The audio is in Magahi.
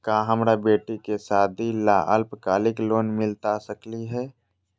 का हमरा बेटी के सादी ला अल्पकालिक लोन मिलता सकली हई?